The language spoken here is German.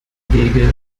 wege